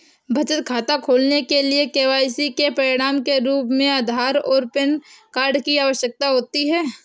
बचत खाता खोलने के लिए के.वाई.सी के प्रमाण के रूप में आधार और पैन कार्ड की आवश्यकता होती है